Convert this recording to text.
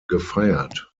gefeiert